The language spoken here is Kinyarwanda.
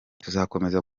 tuzakomeza